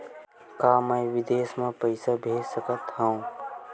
का मैं विदेश म पईसा भेज सकत हव?